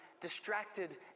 distracted